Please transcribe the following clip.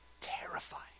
terrifying